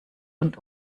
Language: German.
und